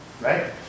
Right